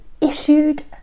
issued